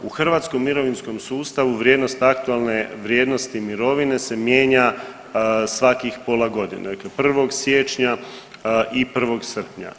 U hrvatskom mirovinskom sustavu vrijednost aktualne vrijednosti mirovine se mijenja svakih pola godine, dakle 1. siječnja i 1. srpnja.